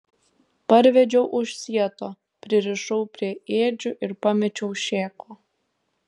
parvedžiau už sieto pririšau prie ėdžių ir pamečiau šėko